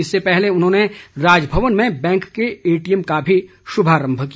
इससे पहले उन्होंने राजभवन में बैंक के ए टीएम का भी शुभारम्भ किया